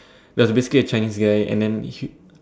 there's basically a Chinese guy and then